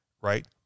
right